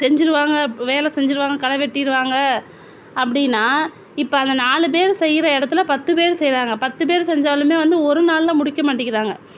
செஞ்சிருவாங்க வேலை செஞ்சிருவாங்க களை வெட்டிருவாங்க அப்படினா இப்போ அந்த நாலு பேர் செய்யுற இடத்துல பத்து பேர் செய்யுறாங்க பத்து பேர் செஞ்சாலுமே வந்து ஓரு நாள்ல முடிக்க மாட்டேங்கிறாங்க